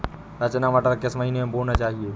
रचना मटर किस महीना में बोना चाहिए?